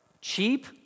cheap